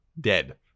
dead